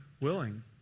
willing